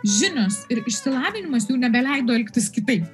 žinios ir išsilavinimas jau nebeleido elgtis kitaip